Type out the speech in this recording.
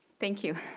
thank you